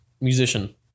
Musician